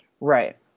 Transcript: Right